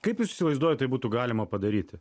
kaip jūs įsivaizduojat tai būtų galima padaryti